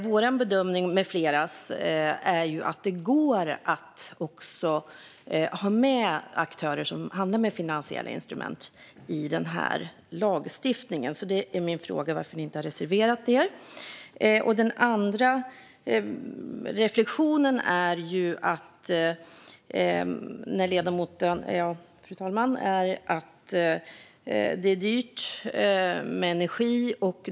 Vår bedömning - med flera andra - är att det går att ha med aktörer som handlar med finansiella instrument i lagstiftningen. Varför har ni inte lagt fram en reservation? Min andra reflektion är att det är dyrt med energi.